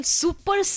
super